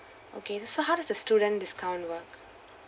okay so how is the student discount work